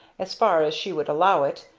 as far as she would allow it,